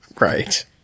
Right